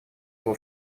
был